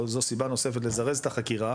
או זו סיבה נוספת לזרז את החקירה